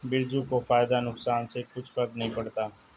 बिरजू को फायदा नुकसान से कुछ फर्क नहीं पड़ता